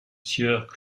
sieur